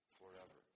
forever